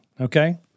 okay